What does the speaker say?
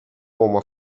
uomo